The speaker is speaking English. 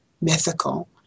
mythical